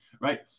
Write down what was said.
right